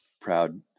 proud